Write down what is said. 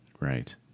Right